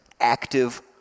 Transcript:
active